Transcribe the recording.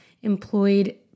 employed